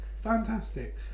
fantastic